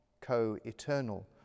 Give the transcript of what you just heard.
co-eternal